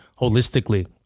holistically